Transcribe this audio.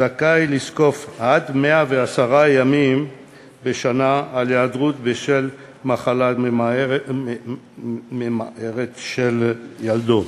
זכאי לזקוף עד 110 ימים בשנה של היעדרות בשל מחלה ממארת של ילדו.